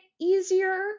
easier